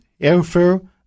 airfare